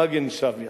מגן שווי.